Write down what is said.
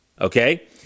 Okay